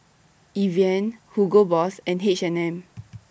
Evian Hugo Boss and H and M